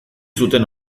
zuten